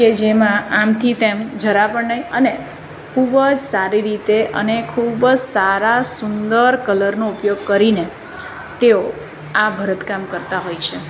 કે જેમાં આમથી તેમ જરા આપણને અને ખૂબ સારી રીતે અને ખૂબ જ સારા સુંદર કલરનો ઉપયોગ કરીને તેઓ આ ભરતકામ કરતા હોય છે